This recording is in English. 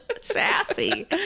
Sassy